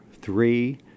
three